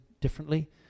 differently